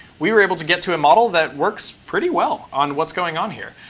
we were able to get to a model that works pretty well on what's going on here.